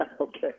Okay